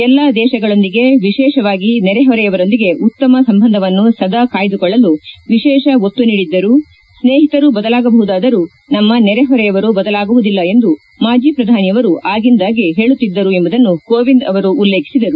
ಎಲ್ಲಾ ದೇಶಗಳೊಂದಿಗೆ ವಿಶೇಷವಾಗಿ ನೆರೆ ಹೊರೆಯವರೊಂದಿಗೆ ಉತ್ತಮ ಸಂಬಂಧವನ್ನು ಸದಾ ಕಾಯ್ಲಕೊಳ್ಲಲು ವಿಶೇಷ ಒತ್ತು ನೀಡಿದ್ದರು ಸ್ವೇಷಿತರು ಬದಲಾಗಬಹುದಾದರೂ ನಮ್ಲ ನೆರೆ ಹೊರೆಯವರು ಬದಲಾಗುವುದಿಲ್ಲ ಎಂದು ಮಾಜಿ ಪ್ರಧಾನಿಯವರು ಆಗಿಂದಾಗ್ಗೆ ಹೇಳುತ್ತಿದ್ದರು ಎಂಬುದನ್ನು ಕೋವಿಂದ್ ಅವರು ಉಲ್ಲೇಖಿಸಿದರು